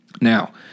Now